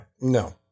No